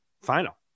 final